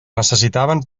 necessitaven